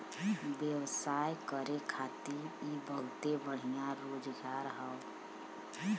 व्यवसाय करे खातिर इ बहुते बढ़िया रोजगार हौ